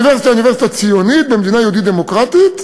האוניברסיטה היא אוניברסיטה ציונית במדינה יהודית דמוקרטית,